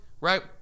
right